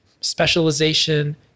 specialization